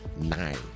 nine